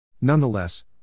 Nonetheless